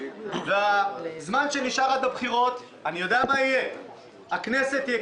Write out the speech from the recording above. ואני יודע מה יהיה בזמן שנשאר עד הבחירות: הכנסת תהיה